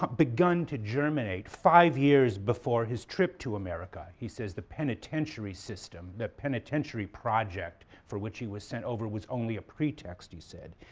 but begun to germinate five years before his trip to america. he says the penitentiary system, the penitentiary project for which he was sent over, was only a pretext, he said.